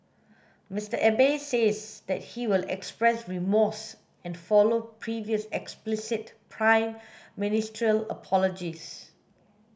Mister Abe says that he will express remorse and follow previous explicit prime ministerial apologies